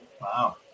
Wow